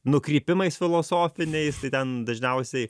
nukrypimais filosofiniais tai ten dažniausiai